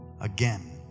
again